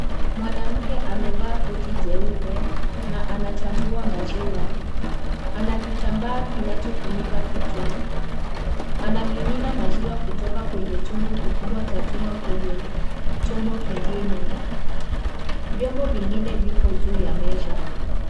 Mwanamke amevaa koti jeupe na anachambua maziwa ana kitamba kinacho funika kichwa. Ana mimina maziwa kutoka kwenye chombo kikubwa cha chuma kwenye chombo kingine. Vyombo vingine viko juu ya meza.